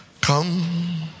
Come